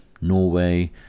Norway